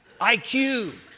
IQ